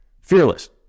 Fearless